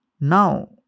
Now